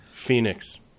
phoenix